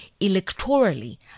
electorally